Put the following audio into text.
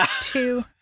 two